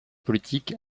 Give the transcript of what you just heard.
politique